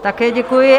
Také děkuji.